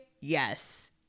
Yes